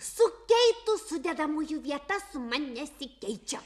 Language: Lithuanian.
sukeitus sudedamųjų vietas suma nesikeičia